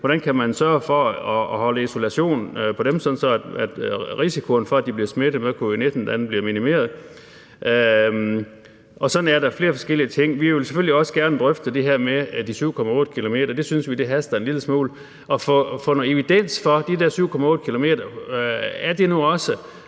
Hvordan kan man sørge for at holde dem isoleret, sådan at risikoen for, at de bliver smittet med covid-19, bliver minimeret? Sådan er der flere forskellige ting. Vi vil selvfølgelig også gerne drøfte det her med de 7,8 km – det synes vi haster en lille smule – og have noget evidens i forhold til det; stemmer teorien nu også